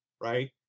right